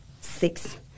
six